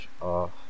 off